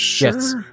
yes